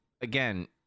again